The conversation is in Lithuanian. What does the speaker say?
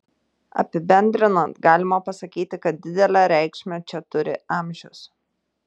apibendrinant galima pasakyti kad didelę reikšmę čia turi amžius